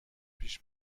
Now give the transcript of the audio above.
پیش